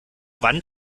wand